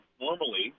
normally